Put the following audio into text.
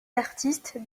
artistes